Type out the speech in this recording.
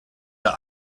der